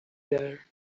there